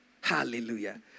hallelujah